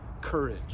courage